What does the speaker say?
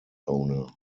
owner